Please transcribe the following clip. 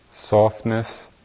Softness